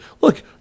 look